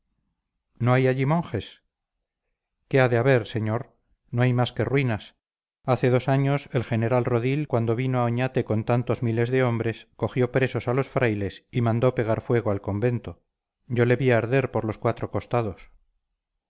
no hay allí monjes qué ha de haber señor no hay más que ruinas hace dos años el general rodil cuando vino a oñate con tantos miles de hombres cogió presos a los frailes y mandó pegar fuego al convento yo le vi arder por los cuatro costados